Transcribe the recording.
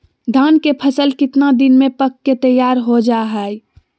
धान के फसल कितना दिन में पक के तैयार हो जा हाय?